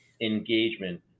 engagement